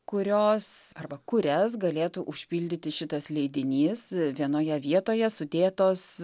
kurios arba kurias galėtų užpildyti šitas leidinys vienoje vietoje sudėtos